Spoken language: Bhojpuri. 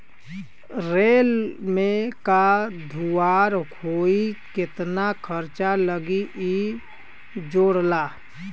रेल में का सुधार होई केतना खर्चा लगी इ जोड़ला